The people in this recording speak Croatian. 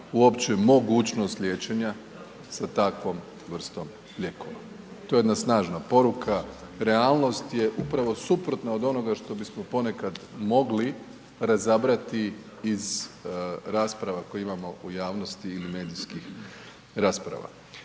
uopće mogućnost liječenja sa takvom vrstom lijekova. To je jedna snažna poruka, realnost je upravo suprotna od onoga što bismo ponekad mogli razabrati iz rasprava koje imamo u javnosti ili medijskih rasprava.